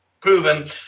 proven